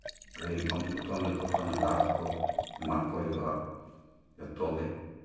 ᱜᱟᱹᱭ ᱵᱟᱢ ᱡᱚᱛᱚᱱ ᱞᱮᱠᱚ ᱠᱷᱟᱱ ᱜᱷᱟᱥ ᱠᱚ ᱮᱢᱟ ᱠᱚ ᱦᱩᱭᱩᱜᱼᱟ ᱡᱚᱛᱚ ᱜᱮ